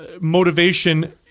motivation